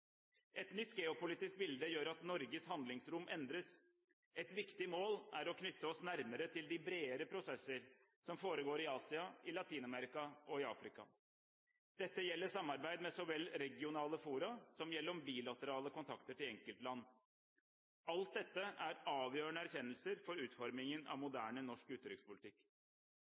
Et nytt geopolitisk bilde gjør at Norges handlingsrom endres. Et viktig mål er å knytte oss nærmere til de bredere prosesser som foregår i Asia, i Latin-Amerika og i Afrika. Dette gjelder samarbeid med så vel regionale fora som gjennom bilaterale kontakter til enkeltland. Alt dette er avgjørende erkjennelser for utformingen av moderne norsk utenrikspolitikk.